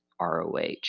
ROH